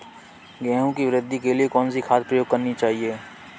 गेहूँ की वृद्धि के लिए कौनसी खाद प्रयोग करनी चाहिए?